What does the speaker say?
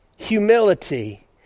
humility